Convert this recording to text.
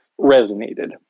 resonated